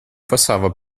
passava